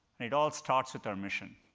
and it all starts with our mission